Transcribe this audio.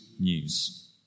news